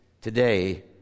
today